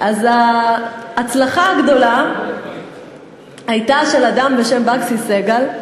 אז ההצלחה הגדולה הייתה של אדם בשם באגסי סיגל,